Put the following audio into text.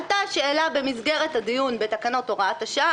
עלתה שאלה במסגרת הדיון בתקנות הוראת השעה,